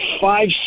five